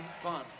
fun